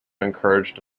encouraged